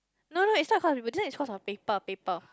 no no no it's not cause of you this is cause of paper paper